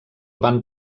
van